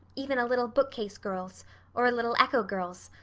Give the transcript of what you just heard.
even a little bookcase girl's or a little echo girl's.